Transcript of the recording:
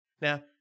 Now